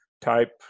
type